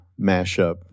mashup